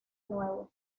nuevo